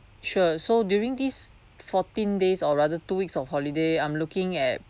sure so during these fourteen days or rather two weeks of holiday I'm looking at